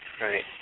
Right